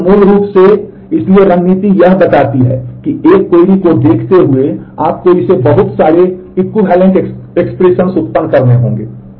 इसलिए मूल रूप से इसलिए रणनीति यह बताती है कि एक क्वेरी उत्पन्न करने होंगे